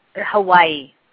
Hawaii